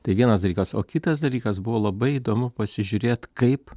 tai vienas dalykas o kitas dalykas buvo labai įdomu pasižiūrėt kaip